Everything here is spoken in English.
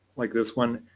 like this one,